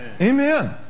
Amen